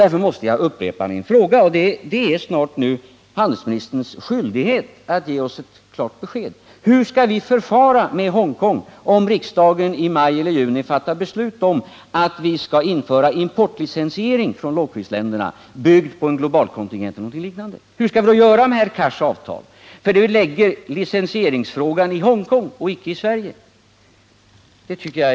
Därför måste jag upprepa min fråga, och det är snart handelsministerns skyldighet att ge oss ett klart besked: Hur skall vi förfara med Hongkong, om riksdagen i maj eller juni fattar beslut om att införa importlicensiering när det gäller lågprisländerna, byggd på en global kontingent eller liknande? Hur skall vi då göra med herr Cars avtal, eftersom det förlägger licensieringsfrågan till Hongkong och inte till Sverige?